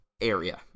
area